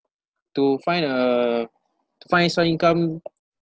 to find uh to find extra income